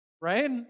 Right